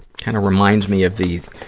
kind of reminds me of the,